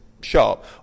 sharp